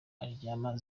aryama